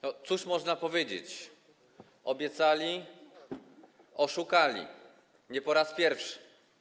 No, cóż można powiedzieć - obiecali, oszukali, nie po raz pierwszy.